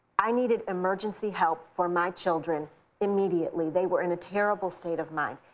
i needed emergency help for my children immediately. they were in a terrible state of mind.